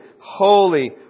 holy